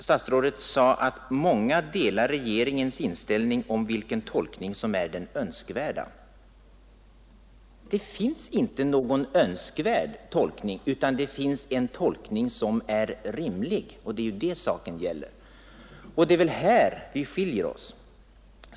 Statsrådet sade att många delar regeringens uppfattning om vilken tolkning som är den önskvärda. Men det finns inte någon önskvärd tolkning, utan det finns en tolkning som är rimlig. Det är detta saken gäller och det är väl här vi skiljer oss åt.